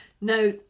now